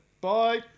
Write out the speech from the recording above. Bye